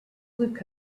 look